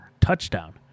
touchdown